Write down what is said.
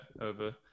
over